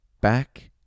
Back